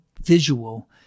visual